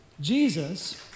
Jesus